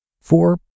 Four